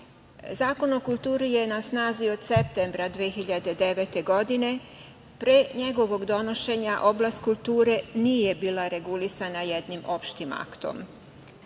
o kulturi jer na snazi od septembra 2009. godine. Pre njegovog donošenja oblast kulture nije bila regulisana jednim opštim aktom.